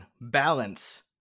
balance